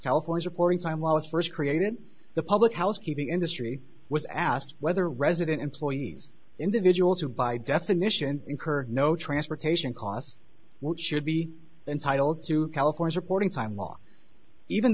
california reporting time was first created the public housekeeping industry was asked whether resident employees individuals who by definition incur no transportation costs which should be entitled to california reporting time law even